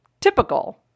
Typical